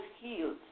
healed